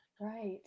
Right